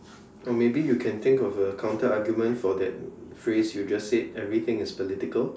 or maybe you can think of a counter argument for that phrase you just said everything is political